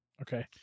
Okay